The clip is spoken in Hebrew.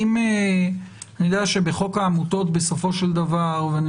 אני יודע שבחוק העמותות בסופו של דבר ואני